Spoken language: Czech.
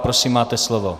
Prosím, máte slovo.